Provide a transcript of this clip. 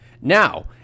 Now